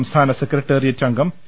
സംസ്ഥാന സെക്രട്ടറിയേറ്റ് അംഗം പി